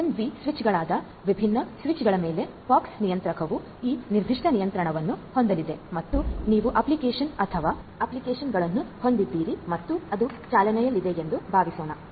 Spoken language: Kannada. ಆದ್ದರಿಂದ ಈ ಓಪನ್ ವಿ ಸ್ವಿಚ್ಗಳಾದ ಈ ವಿಭಿನ್ನ ಸ್ವಿಚ್ಗಳ ಮೇಲೆ ಪೋಕ್ಸ್ ನಿಯಂತ್ರಕವು ಈ ನಿರ್ದಿಷ್ಟ ನಿಯಂತ್ರಣವನ್ನು ಹೊಂದಲಿದೆ ಮತ್ತು ಮೇಲೆ ನೀವು ಅಪ್ಲಿಕೇಶನ್ ಅಥವಾ ವಿಭಿನ್ನ ಅಪ್ಲಿಕೇಶನ್ಗಳನ್ನು ಹೊಂದಿದ್ದೀರಿ ಮತ್ತು ಅದು ಚಾಲನೆಯಲ್ಲಿದೆ ಎಂದು ಭಾವಿಸೋಣ